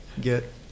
get